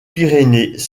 pyrénées